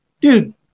Dude